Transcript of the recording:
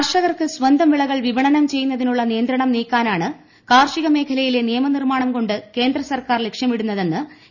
കർഷകർക്ക് സ്വന്തം വിളകൾ വിപണനം ചെയ്യുന്നതിലുള്ള നിയന്ത്രണം നീക്കാനാണ് കാർഷിക മേഖലയിലെ നിയമ നിർമ്മാണം കൊണ്ട് കേന്ദ്ര സർക്കാർ ലക്ഷ്യമിടുന്നതെന്ന് കേന്ദ്ര മന്ത്രി വി